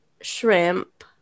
shrimp